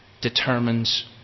determines